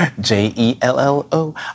J-E-L-L-O